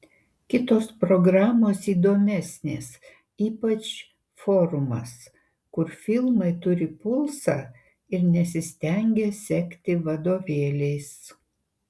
kitos programos įdomesnės ypač forumas kur filmai turi pulsą ir nesistengia sekti vadovėliais